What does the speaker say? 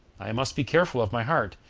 i must be careful of my heart.